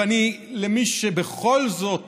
ולמי שבכל זאת